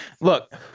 Look